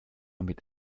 mit